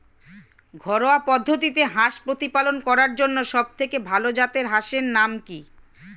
ঘরোয়া পদ্ধতিতে হাঁস প্রতিপালন করার জন্য সবথেকে ভাল জাতের হাঁসের নাম কি?